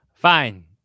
Fine